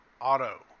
auto